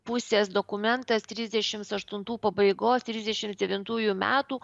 pusės dokumentas trisdešimts aštuntų pabaigos trisdešimts devintųjų metų